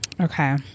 Okay